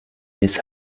this